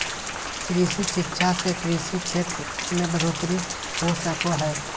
कृषि शिक्षा से कृषि क्षेत्र मे बढ़ोतरी हो सको हय